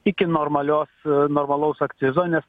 iki normalios normalaus akcizo nes